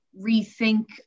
rethink